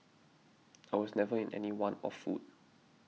I was never in any want of food